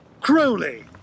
Crowley